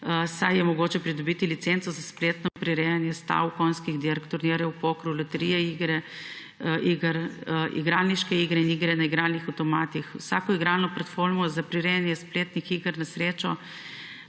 saj je mogoče pridobiti licenco za spletno prirejanje stav, konjskih dirk, turnirjev v pokru, loterije, igralniške igre in igre na igralnih avtomatih. Vsako igralno platformo za prirejanje spletnih iger na srečo,